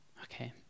okay